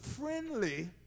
friendly